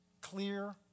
Clear